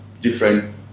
different